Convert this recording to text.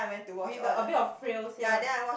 with the a bit of frills here one ah